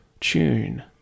tune